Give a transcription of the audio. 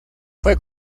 fue